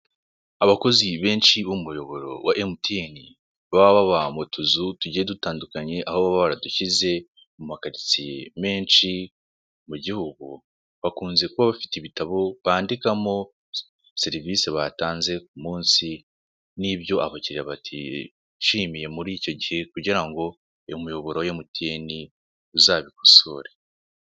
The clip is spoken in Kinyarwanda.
Abakozi benshi b'umuyoboro wa mtn baba baba bamutuzu tujye dutandukanye, aho baba baradushyize mu makaritsiye menshi mu gihugu bakunze kuba bafite ibitabo bandikamo serivisi batanze ku munsi n ibyo abakiriya batishimiye muri icyo gihe kugirango uyu muyoboro uzabikosore.